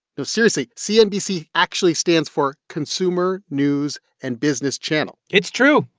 no, seriously. cnbc actually stands for consumer news and business channel it's true.